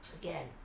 Again